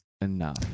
enough